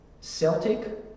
Celtic